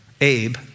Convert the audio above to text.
Abe